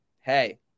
Hey